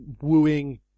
wooing